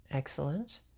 Excellent